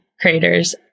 creators